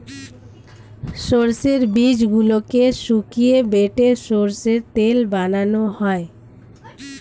সর্ষের বীজগুলোকে শুকিয়ে বেটে সর্ষের তেল বানানো হয়